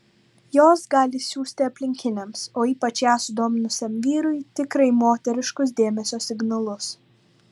jos gali siųsti aplinkiniams o ypač ją sudominusiam vyrui tikrai moteriškus dėmesio signalus